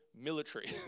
military